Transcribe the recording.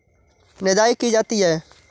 निदाई की जाती है?